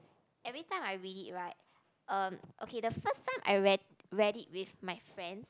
every time I read it right uh okay the first time I read read it with my friends